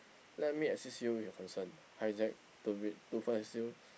let me assist you with your concern to to facile